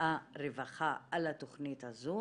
הרווחה על התכנית הזו,